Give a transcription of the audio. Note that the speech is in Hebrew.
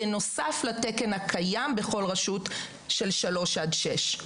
בנוסף לתקן הקיים בכל רשות של שלוש עד שש.